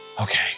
Okay